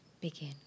begin